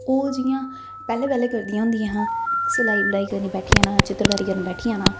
ओह् जि'यां पैह्लें पैह्लें करदियां होंदियां हां सलाई कढाई करन बैठी जाना चित्तरकारी करन बैठी जाना